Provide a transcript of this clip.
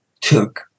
took